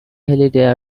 halliday